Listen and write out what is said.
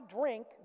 drink